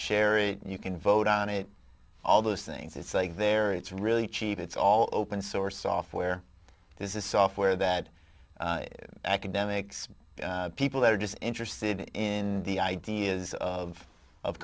share it and you can vote on it all those things it's like there it's really cheap it's all open source software this is software that academics people that are just interested in the ideas of of